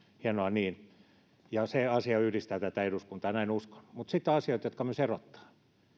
hienoa niin se asia yhdistää tätä eduskuntaa näin uskon mutta sitten on asioita jotka myös erottavat